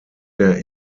der